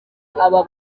aba